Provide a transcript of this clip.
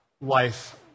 life